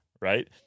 right